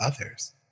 others